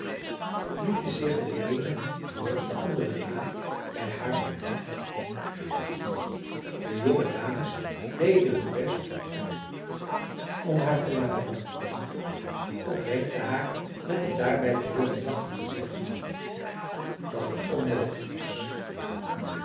lieten zich de eene voor de andere na bij haar brengen de jonge dames deden hun best om haar te naderen of wenkten haar met het daarbij behoorend lachend gezicht toe dat het onmogelijk was